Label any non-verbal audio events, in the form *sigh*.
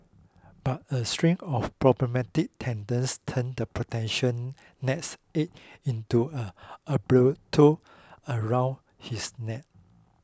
but a string of problematic tenants turned the potential nest egg into an *unintelligible* around his neck